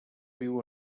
viu